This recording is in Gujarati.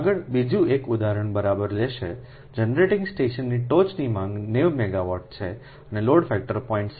આગળ બીજું એક ઉદાહરણ બરાબર લેશે જનરેટિંગ સ્ટેશનની ટોચની માંગ 90 મેગાવાટ છે અને લોડ ફેક્ટર 0